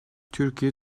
türkiye